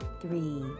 three